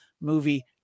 movie